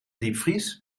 diepvries